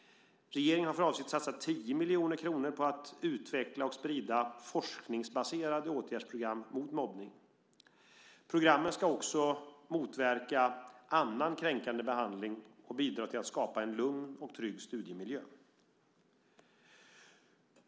Regeringen har för avsikt att satsa 10 miljoner kronor för att utveckla och sprida forskningsbaserade åtgärdsprogram mot mobbning. Programmen ska också motverka annan kränkande behandling och skapa en lugn och trygg studiemiljö.